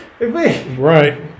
Right